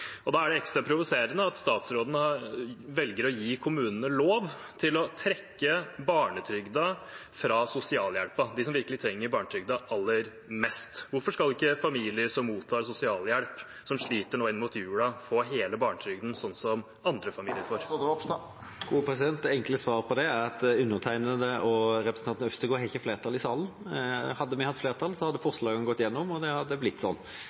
Da er det ekstra provoserende at statsråden velger å gi kommunene lov til å trekke barnetrygden fra sosialhjelpen – for dem som virkelig trenger barnetrygden aller mest. Hvorfor skal ikke familier som mottar sosialhjelp, som sliter nå inn mot julen, få hele barnetrygden, sånn som andre familier? Det enkle svaret på det er at representanten Øvstegård og jeg ikke har flertall i salen. Hadde vi hatt flertall, hadde forslagene gått gjennom, og det hadde blitt sånn.